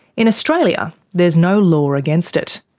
in australia there's no law against it.